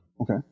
Okay